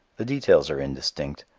the details are indistinct.